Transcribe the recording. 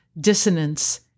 dissonance